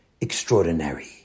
extraordinary